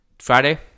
Friday